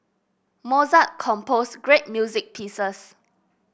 Mozart composed great music pieces